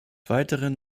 weiteren